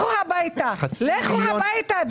לכו הביתה, לכו הביתה.